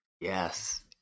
Yes